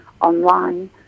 online